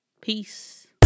peace